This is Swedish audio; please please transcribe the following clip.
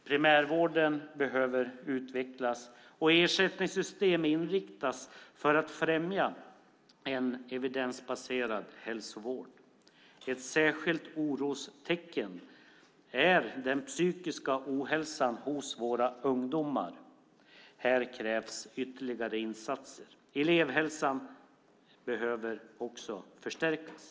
Primärvården behöver utvecklas och ersättningssystem inriktas för att främja en evidensbaserad hälsovård. Ett särskilt orostecken är den psykiska ohälsan hos våra ungdomar. Här krävs ytterligare insatser. Elevhälsan behöver förstärkas.